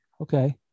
Okay